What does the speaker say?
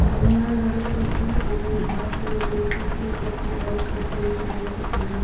भुइँमा लडेपछि अनि भागदौडले कुल्चिएपछि अरूको ज्यान गएको थियो